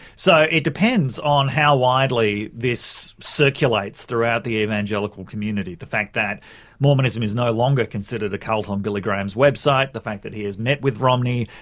so it depends on how widely this circulates throughout the evangelical community the fact that mormonism is no longer considered a cult on billy graham's website, the fact that he has met with romney,